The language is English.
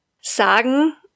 Sagen